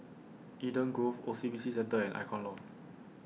Eden Grove O C B C Centre and Icon Loft